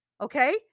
Okay